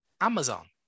Amazon